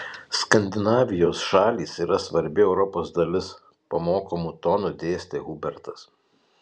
skandinavijos šalys yra svarbi europos dalis pamokomu tonu dėstė hubertas